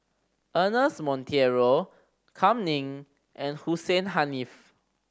Ernest Monteiro Kam Ning and Hussein Haniff